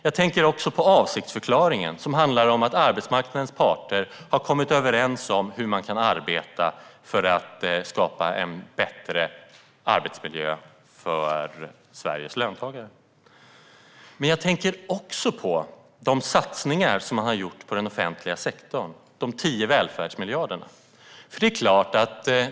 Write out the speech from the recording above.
Jag tänker också på avsiktsförklaringen, som handlar om att arbetsmarknadens partner har kommit överens om hur man kan arbeta för att skapa en bättre arbetsmiljö för Sveriges löntagare. Jag tänker även på de satsningar som har gjorts på den offentliga sektorn, nämligen de 10 välfärdsmiljarderna.